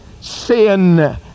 sin